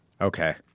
Okay